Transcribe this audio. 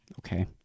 Okay